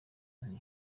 nti